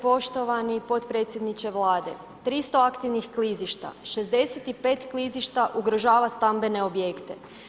Poštovani potpredsjedniče Vlade, 300 aktivnih klizišta, 65 klizišta ugrožava stambene objekte.